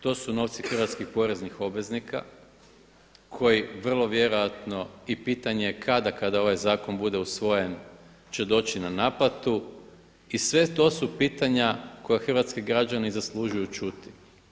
To su novci hrvatskih poreznih obveznika koji vrlo vjerojatno i pitanje je kada kada ovaj zakon bude usvojen će doći na naplatu i sve to su pitanja koja hrvatski građani zaslužuju čuti.